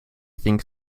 think